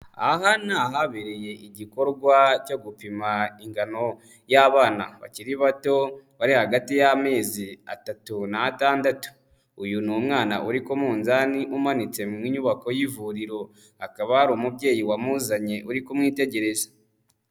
Aha ni ahabereye igikorwa cyo gupima ingano y'abana bakiri bato bari hagati y'amezi atatu n'atandatu, uyu ni umwana uri ku munzani umanitse mu nyubako y'ivuriro, hakaba hari umubyeyi wamuzanye uri kumwitegereza.